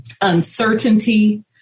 uncertainty